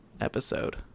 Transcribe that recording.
episode